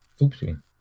Oopsie